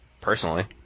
personally